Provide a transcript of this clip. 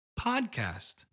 podcast